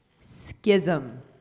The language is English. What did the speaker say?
Schism